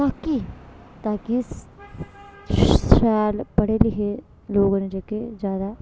ताकि ताकि शैल पढ़े लिखे लोक न जेहके ज्यादा